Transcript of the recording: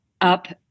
up